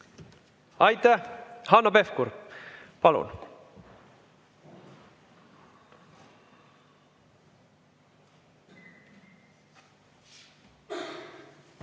Aitäh! Hanno Pevkur, palun!